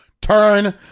turn